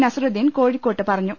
നസ്റുദ്ധീൻ കോഴിക്കോട്ട് പറഞ്ഞു